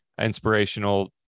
inspirational